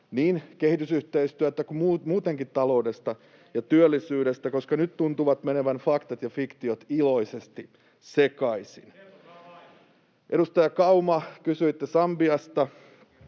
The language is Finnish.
niin kehitysyhteistyöstä kuin muutenkin taloudesta ja työllisyydestä, koska nyt tuntuvat menevän faktat ja fiktiot iloisesti sekaisin. [Sebastian Tynkkynen: Kertokaa